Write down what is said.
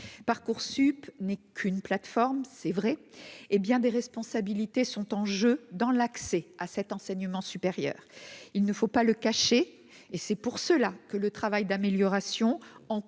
Parcoursup n'est qu'une plateforme c'est vrai, hé bien des responsabilités sont en jeu dans l'accès à cet enseignement supérieur, il ne faut pas le cacher, et c'est pour cela que le travail d'amélioration